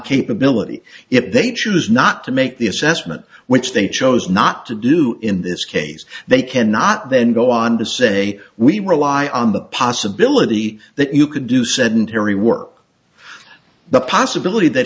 capability if they choose not to make the assessment which they chose not to do in this case they cannot then go on to say we rely on the possibility that you could do sedentary work the possibility that